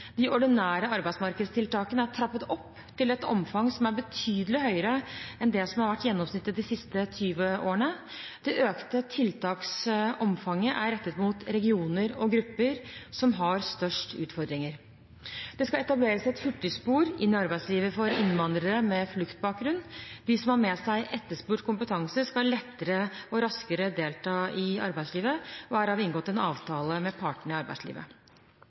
De ordinære arbeidsmarkedstiltakene er trappet opp til et omfang som er betydelig høyere enn det som har vært gjennomsnittet de siste tjue årene. Det økte tiltaksomfanget er rettet mot regioner og grupper som har størst utfordringer. Det skal etableres et hurtigspor inn i arbeidslivet for innvandrere med fluktbakgrunn. De som har med seg etterspurt kompetanse, skal lettere og raskere kunne delta i arbeidslivet. Her har vi inngått en avtale med partene i arbeidslivet.